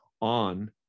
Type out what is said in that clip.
on